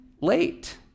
late